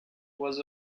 was